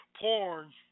porn